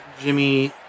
Jimmy